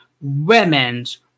women's